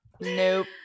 Nope